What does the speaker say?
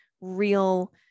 real